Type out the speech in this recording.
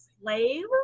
slave